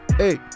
hey